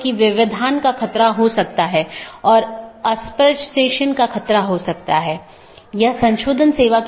तो इसका मतलब है अगर मैं AS1 के नेटवर्क1 से AS6 के नेटवर्क 6 में जाना चाहता हूँ तो मुझे क्या रास्ता अपनाना चाहिए